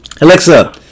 Alexa